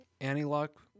Anti-Lock